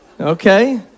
Okay